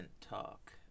talk